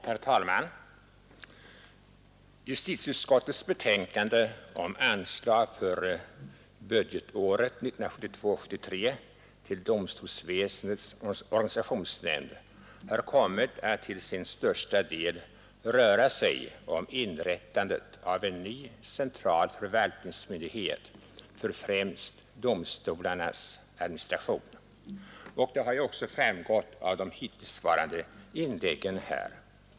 Herr talman! Justitieutskottets betänkande om anslag för budgetåret 1972/73 till domstolsväsendets organisationsnämnd har kommit att till största delen röra sig om inrättandet av en ny central förvaltningsmyndighet för främst domstolarnas administration, vilket också framgått av de föregående inläggen.